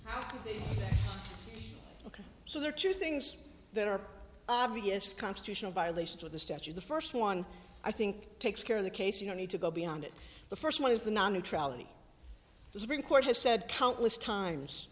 was ok so there are two things that are obvious constitutional violations with the statue the first one i think takes care of the case you don't need to go beyond it the first one is the non neutrality the supreme court has said countless times